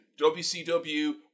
WCW